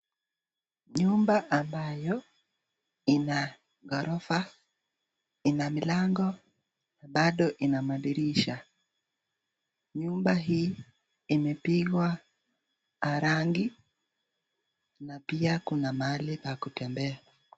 Nyumba ambayo ina ghorofa ina milango na bado ina madirisha. Nyumba hii imepigwa rangi na pia kuna mahali pa kutembea.